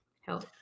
help